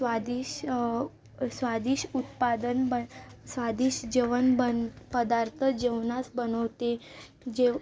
स्वादिष्ट स्वादिष्ट उत्पादन बं स्वादिश जेवण बन पदार्थ जेवणात बनवते जेव